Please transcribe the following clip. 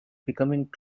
becoming